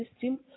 system